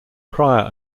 crier